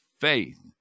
faith